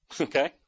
Okay